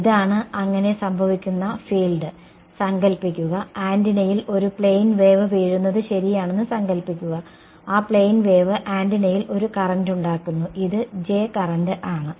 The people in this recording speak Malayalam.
ഇതാണ് അങ്ങനെ സംഭവിക്കുന്ന ഫീൽഡ് സങ്കൽപ്പിക്കുക ആന്റിനയിൽ ഒരു പ്ലെയിൻ വേവ് വീഴുന്നത് ശരിയാണെന്ന് സങ്കൽപ്പിക്കുക ആ പ്ലെയിൻ വേവ് ആന്റിനയിൽ ഒരു കറന്റ് ഉണ്ടാക്കുന്നു ഈ J കറന്റ് ആണ്